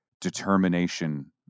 determination